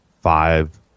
five